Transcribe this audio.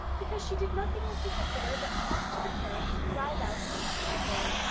because she did nothing in particular but talk to the parrots and drive out with the spaniel.